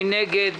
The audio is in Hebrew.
מי נגד?